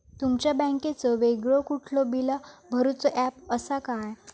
तुमच्या बँकेचो वेगळो कुठलो बिला भरूचो ऍप असा काय?